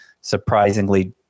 surprisingly